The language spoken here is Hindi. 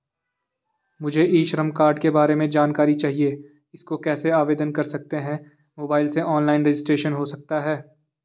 मुझे ई श्रम कार्ड के बारे में जानकारी चाहिए इसको कैसे आवेदन कर सकते हैं मोबाइल से ऑनलाइन रजिस्ट्रेशन हो सकता है?